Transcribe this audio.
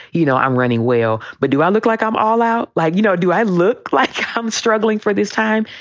you know, i'm running well, but do i look like i'm all out? like, you know, do i look like i'm struggling for this time?